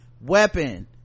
weapon